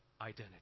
identity